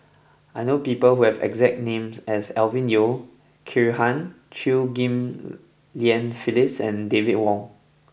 I know people who have the exact name as Alvin Yeo Khirn Hai Chew Ghim Lian Phyllis and David Wong